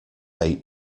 eight